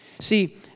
See